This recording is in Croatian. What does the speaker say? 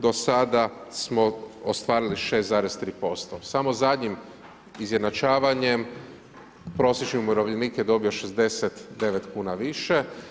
Do sada smo ostvarili 6,3%, samo zadnjim izjednačavanjem prosječni umirovljenik je dobio 69 kuna više.